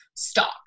stock